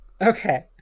okay